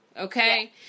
Okay